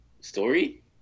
story